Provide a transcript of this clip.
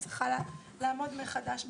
היא צריכה לעמוד מחדש בתור,